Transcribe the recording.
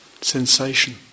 sensation